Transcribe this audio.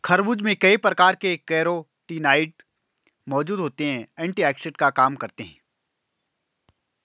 खरबूज में कई प्रकार के कैरोटीनॉयड मौजूद होते और एंटीऑक्सिडेंट का काम करते हैं